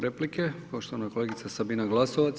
Replike poštovana kolegica Sabina Glasovac.